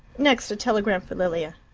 next, a telegram for lilia!